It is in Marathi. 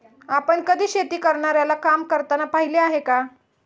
आपण कधी शेती करणाऱ्याला काम करताना पाहिले आहे का?